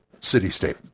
city-state